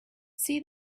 see